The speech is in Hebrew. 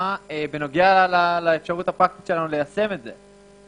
סעדי בנוגע לאפשרות הפרקטית שלנו ליישם את זה.